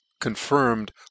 confirmed